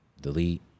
delete